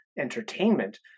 entertainment